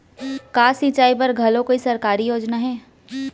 का सिंचाई बर घलो कोई सरकारी योजना हे?